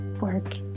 work